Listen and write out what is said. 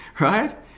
Right